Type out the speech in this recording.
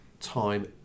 time